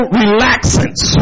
relaxants